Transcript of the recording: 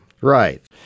Right